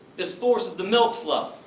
this forces the milk flow.